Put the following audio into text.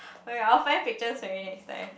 okay I will find pictures for you next time